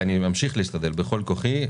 ואני ממשיך להשתדל בכל כוחי,